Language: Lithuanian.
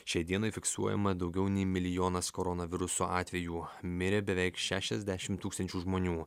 šiai dienai fiksuojama daugiau nei milijonas koronaviruso atvejų mirė beveik šešiasdešimt tūkstančių žmonių